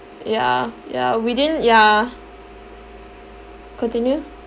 ya ya within ya continue